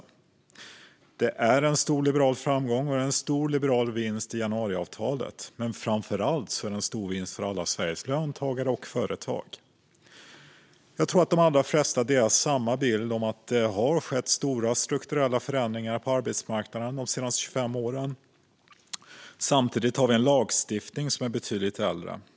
Överenskommelsen är en stor liberal framgång och vinst i januariavtalet, men framför allt är den en stor vinst för alla Sveriges löntagare och företag. Jag tror att de allra flesta delar samma bild av att det har skett stora strukturella förändringar på arbetsmarknaden de senaste 25 åren. Samtidigt finns en lagstiftning som är betydligt äldre.